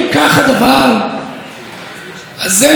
אני רוצה שהמדינה תתגאה בהם.